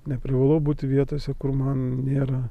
neprivalu būti vietose kur man nėra